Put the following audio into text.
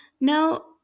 Now